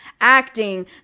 acting